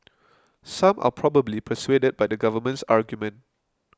some are probably persuaded by the government's argument